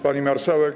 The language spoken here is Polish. Pani Marszałek!